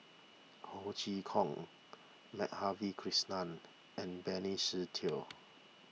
Ho Chee Kong Madhavi Krishnan and Benny Teo